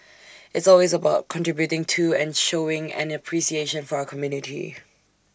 it's always about contributing to and showing an appreciation for our community